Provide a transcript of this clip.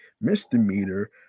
misdemeanor